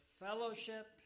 fellowship